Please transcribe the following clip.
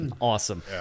Awesome